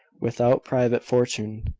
without private fortune,